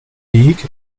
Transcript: league